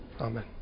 Amen